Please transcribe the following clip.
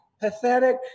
pathetic